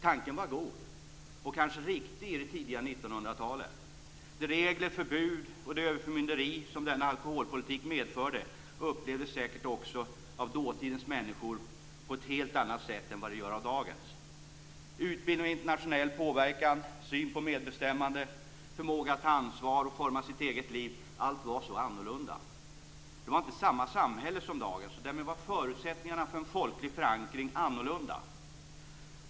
Tanken var god och kanske riktig i det tidiga 1900-talet. De regler och förbud och det överförmynderi som denna alkoholpolitik medförde upplevdes säkert också av dåtidens människor på ett helt annat sätt än vad de gör av dagens. Utbildning och internationell påverkan, syn på medbestämmande, förmåga att ta ansvar och forma sitt eget liv; allt var så annorlunda. Det var inte samma samhälle som dagens, och därmed var förutsättningarna för en folklig förankring annorlunda.